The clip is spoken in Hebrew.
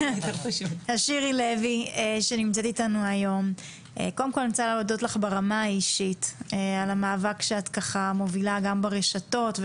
אני רוצה להודות לך ברמה האישית על המאבק שאת מובילה ברשתות,